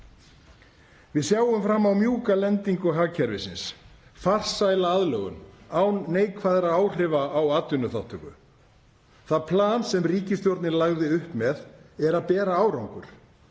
Við sjáum fram á mjúka lendingu hagkerfisins, farsæla aðlögun, án neikvæðra áhrifa á atvinnuþátttöku. Það plan sem ríkisstjórnin lagði upp með er að bera árangur.